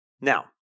Now